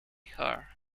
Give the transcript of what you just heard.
her